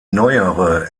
neuere